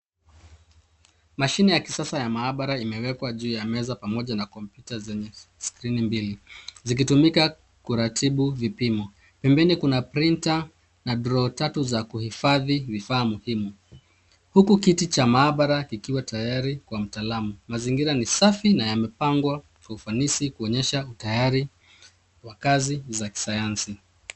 Mashine ya kisasa ya maabara imewekwa juu ya meza pamoja na kompyuta zenye skrini mbili zikitumika kuratibu vipimo. Pembeni kuna printer na draw tatu za kuhifadhi vifaa muhimu, huku kiti cha maabara kikiwa tayari kwa mtaalamu. Mazingira ni safi na yamepangwa kwa ufanisi kuonyesha kwa utayari kwa kazi za kisayansi.